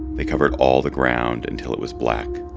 they covered all the ground until it was black.